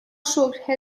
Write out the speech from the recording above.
شکر